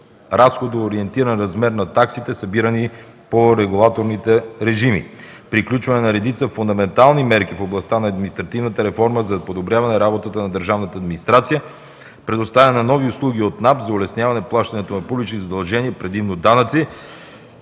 разходоориентиран размер на таксите, събирани по регулаторните режими; приключване на редица фундаментални мерки в областта на административната реформа за подобряване работата на държавната администрация; предоставяне на нови услуги от НАП за улесняване на плащането на публични задължения, предимно данъци